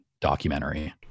documentary